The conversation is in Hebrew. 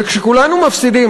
וכשכולנו מפסידים,